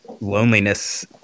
loneliness